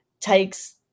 takes